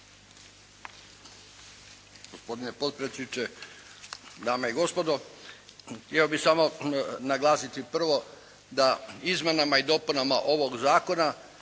Gospodine potpredsjedniče, dame i gospodo. Htio bi samo naglasiti prvo da izmjenama i dopunama ovog zakona